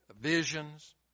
visions